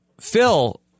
Phil